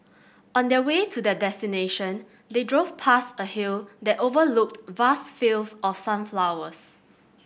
on the way to their destination they drove past a hill that overlooked vast fields of sunflowers